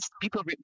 people